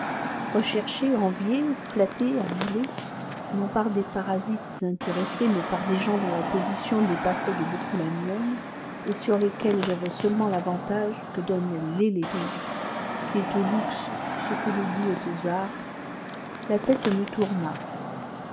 recherché envié flatté adulé non par des parasites intéressés mais par des gens dont la position dépassait de beaucoup la mienne et sur lesquels j'avais seulement l'avantage que donne l'élégance qui est au luxe ce que le goût est aux arts la tête me tourna